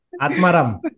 Atmaram